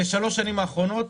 בשלוש השנים האחרונות,